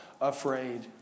afraid